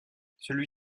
celui